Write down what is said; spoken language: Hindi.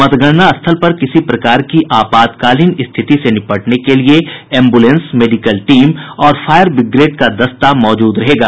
मतगणना स्थल पर किसी प्रकार की आपातकाल स्थिति से निपटने के लिए एम्बुलेंस मेडिकल टीम और फायर बिग्रेड का दस्ता मौजूद रहेगा